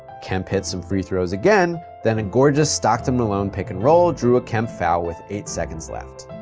kemp hit some free throws again, then a gorgeous stockton-malone pick and roll drew a kemp foul with eight seconds left.